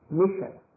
mission